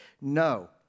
No